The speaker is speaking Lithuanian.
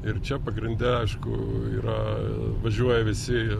ir čia pagrinde aišku yra važiuoja visi